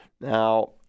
Now